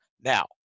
Now